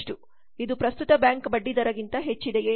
ಇದು ಪ್ರಸ್ತುತ ಬ್ಯಾಂಕ್ ಬಡ್ಡಿದರಕ್ಕಿಂತ ಹೆಚ್ಚಿದೆಯೇ